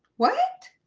what?